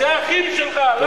זה האחים שלך.